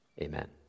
Amen